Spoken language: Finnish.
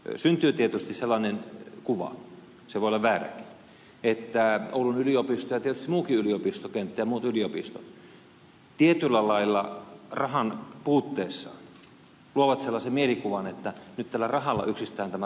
syntyy tietysti sellainen kuva se voi olla vääräkin että oulun yliopisto ja tietysti muukin yliopistokenttä ja muut yliopistot tietyllä lailla rahanpuutteessa luovat sellaisen mielikuvan että nyt tällä rahalla yksistään tämä ratkaistaan